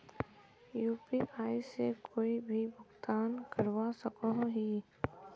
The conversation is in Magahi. यु.पी.आई से कोई भी भुगतान करवा सकोहो ही?